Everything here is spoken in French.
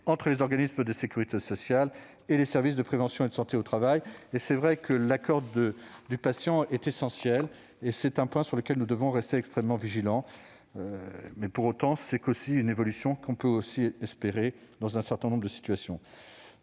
entre les organismes de sécurité sociale et les services de prévention et de santé au travail. L'accord du patient est essentiel, c'est un point sur lequel nous devons rester extrêmement vigilants. Pour autant, c'est aussi une évolution que l'on peut espérer dans un certain nombre de situations.